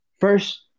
First